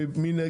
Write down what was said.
מי בעד?